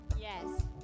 Yes